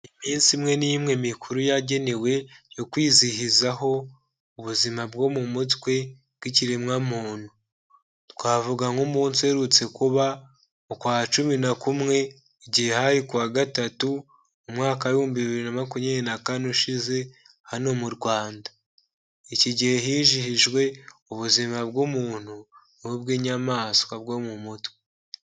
Iminsi imwe n'imwe mikuru yagenewe yo kwizihizaho ubuzima bwo mu mutwe bw'ikiremwamuntu twavuga nk'umunsi uherutse kuba ukwa cumi na kumwe igihe hari ku wa gatatu mu mwaka ibihumbi bibiri na makumyabiri na kane ushize hano mu rwanda iki gihe hizihijwe ubuzima bw'umuntu n'ubw'inyamaswa bwo mu mutwe.